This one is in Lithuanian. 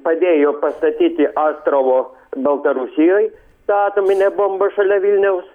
padėjo pastatyti astravo baltarusijoj tą atominę bombą šalia vilniaus